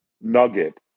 nugget